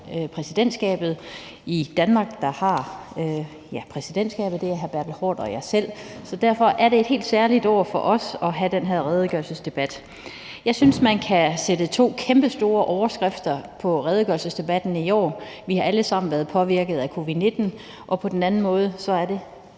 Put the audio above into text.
år er det Danmark, der har præsidentskabet, og det er hr. Bertel Haarder og mig selv. Så derfor er det et helt særligt år for os at have den her redegørelsesdebat. Jeg synes, at man kan sætte to kæmpestore overskrifter på redegørelsesdebatten i år: Vi har alle sammen været påvirket af covid-19, og så er det ...